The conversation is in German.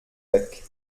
weg